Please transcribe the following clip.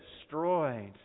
destroyed